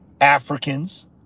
Africans